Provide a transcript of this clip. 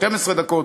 12 דקות,